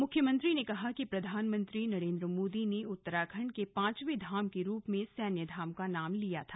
मुख्यमंत्री ने कहा कि प्रधानमंत्री नरेंद्र मोदी ने उत्तराखंड के पांचवें धाम के रूप में सैन्य धाम का नाम लिया था